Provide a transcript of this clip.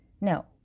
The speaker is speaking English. No